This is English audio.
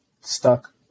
stuck